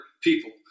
people